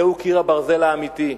זהו קיר ברזל האמיתי.